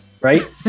Right